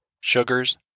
sugars